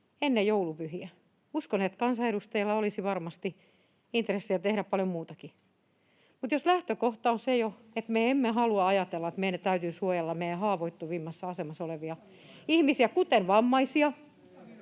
ennen joulunpyhiä. Uskon, että kansanedustajilla olisi varmasti intressiä tehdä paljon muutakin. Mutta jos jo lähtökohta on se, että me emme halua ajatella, että meidän täytyy suojella meidän haavoittuvimmassa asemassa olevia ihmisiä, kuten vammaisia